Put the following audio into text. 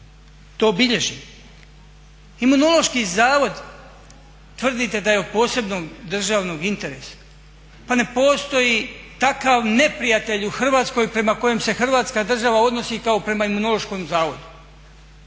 to bilježimo. Imunološki zavod tvrdite da je od posebnog državnog interesa. Pa ne postoji takav neprijatelj u Hrvatskoj prema kojem se Hrvatska država odnosi kao prema Imunološkom zavodu.